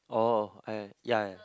oh ya